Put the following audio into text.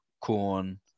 corn